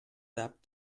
sap